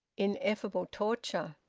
ineffable torture,